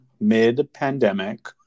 mid-pandemic